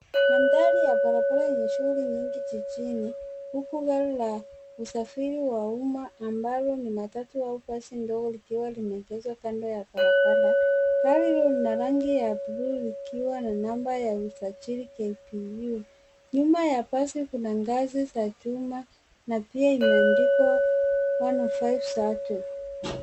Mandhari ya barabara yenye shughuli nyingi jijini, huku gari la usafiri wa umma ambalo ni matatu au basi ndogo likiwa limeegezwa kando ya barabara. Gari hilo lina rangi ya buluu likiwa na namba ya usajili KBU. Nyuma ya basi, kuna ngazi za chuma na pia imeandikwa 105 SACCO.